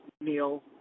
Neil